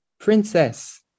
Princess